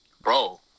Bro